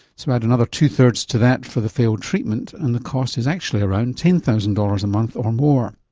so add another two thirds to that for the failed treatment and the cost is actually around ten thousand dollars a month or more.